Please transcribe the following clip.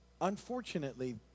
unfortunately